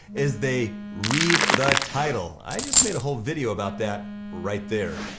is they read the title. i just made a whole video about that right there.